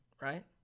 right